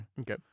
Okay